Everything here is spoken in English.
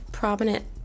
prominent